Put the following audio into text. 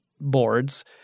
boards